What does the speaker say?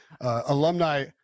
alumni